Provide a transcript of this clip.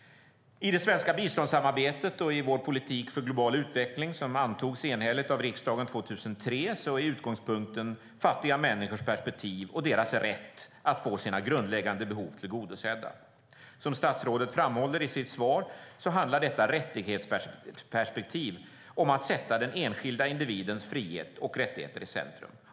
I det svenska biståndssamarbetet och i vår politik för global utveckling, som antogs enhälligt av riksdagen 2003, är utgångspunkten fattiga människors perspektiv och deras rätt att få sina grundläggande behov tillgodosedda. Som statsrådet framhåller i sitt svar handlar detta rättighetsperspektiv om att sätta den enskilda individens frihet och rättigheter i centrum.